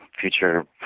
Future